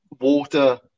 water